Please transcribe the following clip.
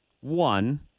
one